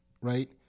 right